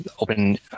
open